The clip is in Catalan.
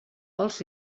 els